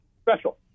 special